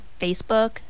facebook